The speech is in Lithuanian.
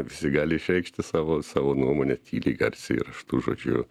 visi gali išreikšti savo savo nuomonę tyliai garsiai raštu žodžiu